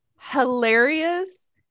hilarious